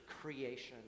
creation